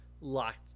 locked